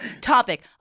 topic